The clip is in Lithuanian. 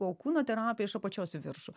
o kūno terapija iš apačios į viršų